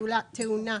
תאונה,